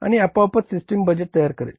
आणि आपोआपच system budget तयार करेल